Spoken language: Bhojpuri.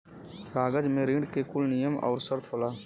कागज मे ऋण के कुल नियम आउर सर्त होला